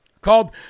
called